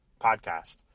podcast